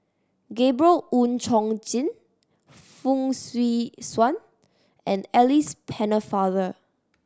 Gabriel Oon Chong Jin Fong Swee Suan and Alice Pennefather